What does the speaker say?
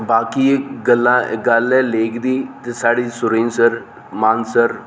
बाकी गल्लां गल्ल ऐ लेक दी साढ़ी सरुईंसर मानसर